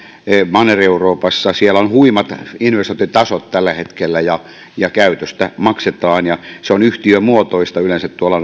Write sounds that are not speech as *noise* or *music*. manner euroopassa siellä on huimat investointitasot tällä hetkellä ja ja käytöstä maksetaan ja noitten liikenneprojektien tekeminen on yhtiömuotoista yleensä tuolla *unintelligible*